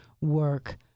work